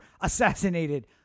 assassinated